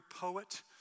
poet